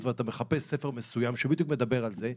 ואתה מחפש ספר מסוים שבדיוק מדבר על זה,